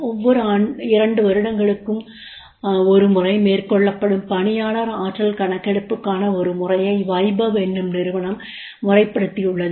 ஒவ்வொரு இரண்டு வருடங்களுக்கும் ஒரு முறை மேற்கொள்ளப்படும் பணியாளர் ஆற்றல் கணக்கெடுப்புக்கான ஒரு முறையை வைபவ் என்னும் நிறுவனம் முறைப்படுத்தியுள்ளது